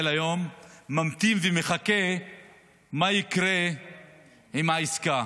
היום ממתין ומחכה מה יקרה עם העסקה,